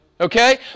Okay